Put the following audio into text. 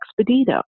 Expedito